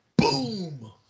Boom